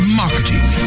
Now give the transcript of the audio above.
marketing